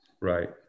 right